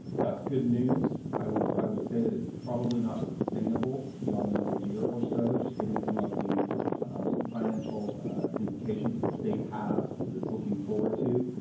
that's good news. i would i would say that it's probably not sustainable beyond another year or so, just given some of the financial implications that the state has that it's looking forward to.